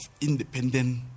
independent